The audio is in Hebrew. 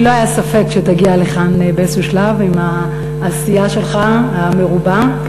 לי לא היה ספק שתגיע לכאן באיזה שלב עם העשייה המרובה שלך.